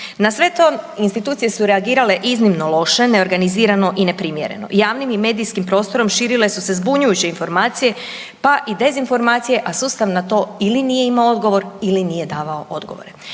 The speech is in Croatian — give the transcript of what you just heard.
Na sve to institucije su reagirale iznimno loše, neorganizirano i neprimjereno, javnim i medijskim prostorom širile su se zbunjujuće informacije pa i dezinformacije a sustav na to ili nije imao odgovor ili nije davao odgovore.